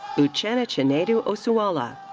uchenna chinedu osuala.